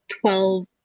twelve